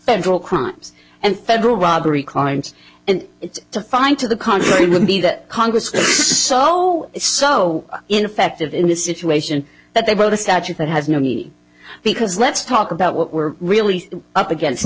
federal crimes and federal robbery current and it's to find to the contrary would be that congress is so so ineffective in this situation that they wrote a statute that has no meaning because let's talk about what we're really up against